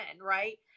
right